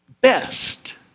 best